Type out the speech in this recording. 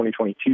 2022